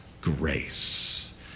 grace